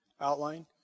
outline